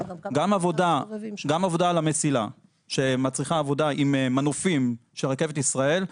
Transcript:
גם עבודה על המסילה שמצריכה עבודה עם מנופים שרכבת ישראל,